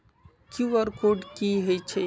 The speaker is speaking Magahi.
कियु.आर कोड कि हई छई?